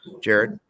Jared